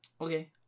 Okay